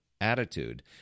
attitude